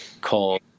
called